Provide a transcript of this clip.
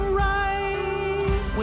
right